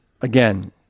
again